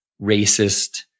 racist